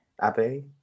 Abby